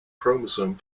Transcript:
chromosome